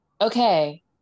Okay